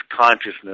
consciousness